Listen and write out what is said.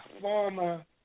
former